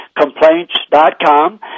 complaints.com